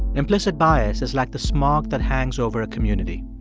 implicit bias is like the smog that hangs over a community.